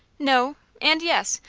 no, and yes.